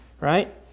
right